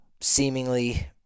seemingly